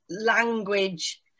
language